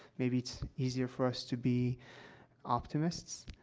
maybe it's easier for us to be optimists,